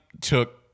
took